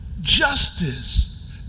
justice